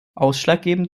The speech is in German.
ausschlaggebend